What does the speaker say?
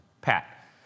Pat